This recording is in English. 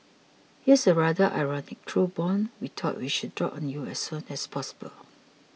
here's a rather ironic truth bomb we thought we should drop on you as soon as possible